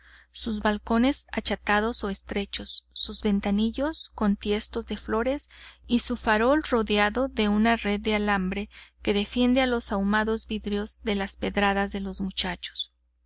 sus balcones achatados o estrechos sus ventanillos con tiestos de flores y su farol rodeado de una red de alambre que defiende los ahumados vidrios de las pedradas de los muchachos